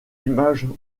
images